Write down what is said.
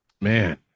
man